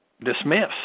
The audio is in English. dismiss